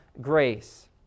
grace